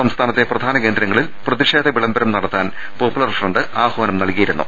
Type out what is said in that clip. സംസ്ഥാനത്തെ പ്രധാനകേന്ദ്ര ങ്ങളിൽ പ്രതിഷേധ വിളംബരം നടത്താൻ പോപ്പലൂർ ഫ്രണ്ട് ആഹ്വാനം നൽകിയിരുന്നു